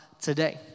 today